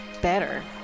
Better